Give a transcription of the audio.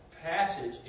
passage